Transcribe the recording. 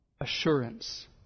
assurance